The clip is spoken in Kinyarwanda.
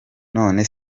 none